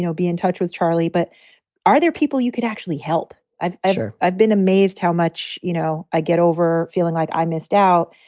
be in touch with charlie, but are there people you could actually help i've ever. i've been amazed how much, you know, i get over feeling like i missed out.